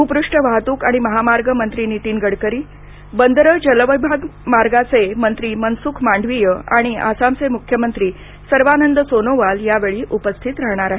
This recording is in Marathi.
भूपृष्ठ वाहतूक आणि महामार्ग मंत्री नीतीन गडकरी बंदरं जलमार्ग विभागाचे मंत्री मनसुख मांडवीय आणि आसामचे मुख्यमंत्री सर्वानंद सोनोवाल यावेळी उपस्थित राहणार आहेत